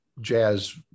jazz